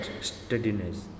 steadiness